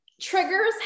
triggers